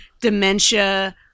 dementia